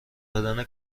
دادن